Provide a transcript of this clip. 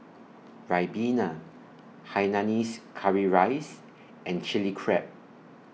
Ribena Hainanese Curry Rice and Chilli Crab